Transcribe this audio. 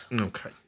Okay